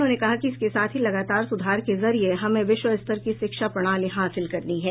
उन्होंने कहा कि इसके साथ ही लगातार सुधार के जरिए हमें विश्व स्तर की शिक्षा प्रणाली हासिल करनी है